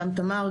גם תמר,